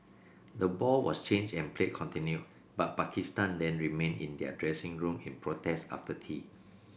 the ball was changed and play continued but Pakistan then remained in their dressing room in protest after tea